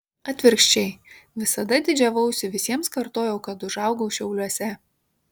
atvirkščiai visada didžiavausi visiems kartojau kad užaugau šiauliuose